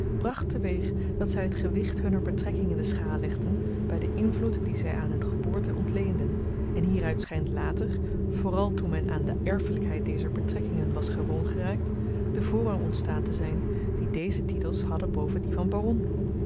bracht te-weeg dat zy het gewicht hunner betrekking in de schaal legden by den invloed dien zy aan hun geboorte ontleenden en hieruit schynt later vooral toen men aan de erfelykheid dezer betrekkingen was gewoon geraakt de voorrang ontstaan te zyn dien deze titels hadden boven dien van baron